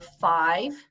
five